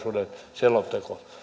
selonteko